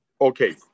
Okay